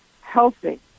healthy